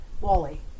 Wally